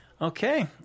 Okay